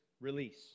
release